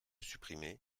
supprimez